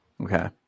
Okay